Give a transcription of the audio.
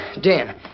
Dan